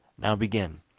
now begin